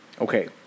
Okay